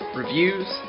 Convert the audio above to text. reviews